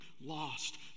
lost